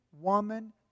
woman